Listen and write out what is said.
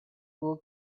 will